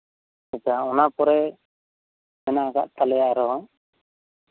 ᱚᱱᱟ ᱠᱚᱨᱮᱜ ᱢᱮᱱᱟᱜ ᱠᱟᱜ ᱛᱟᱞᱮᱭᱟ ᱟᱫᱚ